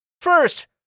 First